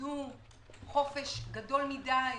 שנתנו חופש גדול מדי